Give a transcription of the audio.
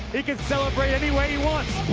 he can celebrate any way he wants.